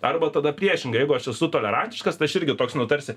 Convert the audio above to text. arba tada priešingai jeigu aš esu tolerantiškas tai aš irgi toks nu tarsi